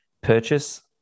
purchase